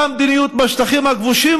אותה מדיניות בשטחים הכבושים,